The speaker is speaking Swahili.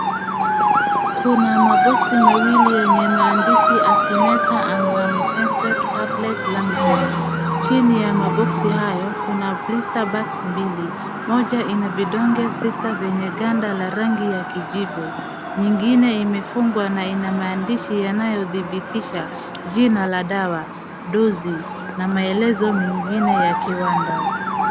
Kuna maboksi mawili yenye maandishi Artemether and Lumefantrine Tablets Lumifen , chini ya maboxi hayo kuna blister backs mbili, moja ina vidonge sita vyenye ganda la rangi ya kijivu, nyingine imefungwa na ina maandishi yanayodhibitisha jina la dawa, dosi na malezo mengine ya kiwanda.